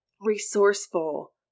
Resourceful